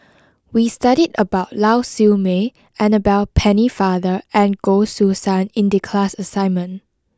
we studied about Lau Siew Mei Annabel Pennefather and Goh Choo San in the class assignment